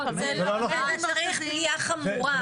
זה צריך פגיעה חמורה.